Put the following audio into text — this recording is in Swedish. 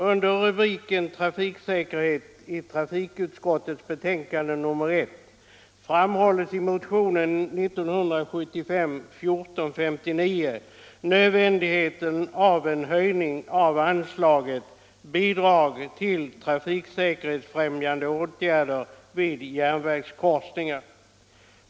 Under rubriken Trafiksäkerhet i trafikutskottets betänkande nr 1 framhålls i motionen 1975:1459 nödvändigheten av en höjning av anslaget Bidrag till trafiksäkerhetsfrämjande åtgärder vid järnvägskorsningar.